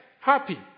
happy